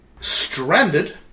Stranded